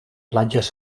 platges